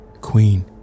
Queen